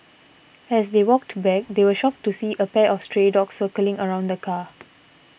as they walked back they were shocked to see a pack of stray dogs circling around the car